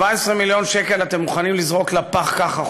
17 מיליון שקל אתם מוכנים לזרוק לפח ככה,